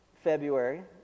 February